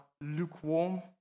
lukewarm